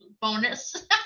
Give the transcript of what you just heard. bonus